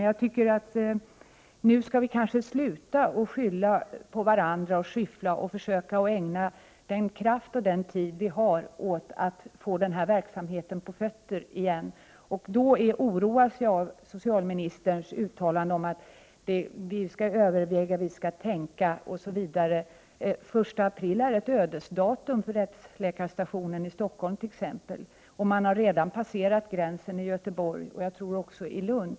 Jag tycker att vi nu skall sluta att skylla på varandra och i stället försöka ägna vår kraft och tid åt att få verksamheten på fötter igen. Jag oroas av socialministerns uttalande om att man skall tänka och överväga. Den 1 april är, t.ex., ett ödesdatum för rättsläkarstationen i Stockholm. Man har redan passerat gränsen i Göteborg och, som jag tror också i Lund.